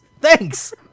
Thanks